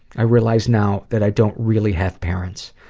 i realize now that i don't really have parents.